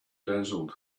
dazzled